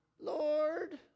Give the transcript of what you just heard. Lord